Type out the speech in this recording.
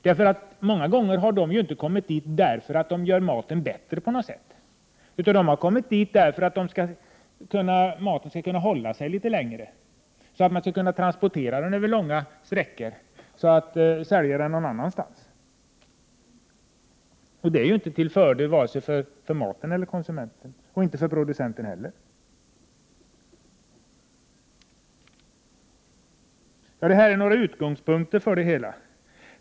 Ofta används ju inte tillsatser för att förbättra maten, utan för att göra maten mera hållbar när den skall transporteras långa sträckor. Tillsatserna är således inte till gagn vare sig för maten eller för konsumenten/producenten. Det här resonemanget kan vara en utgångspunkt för diskussionen.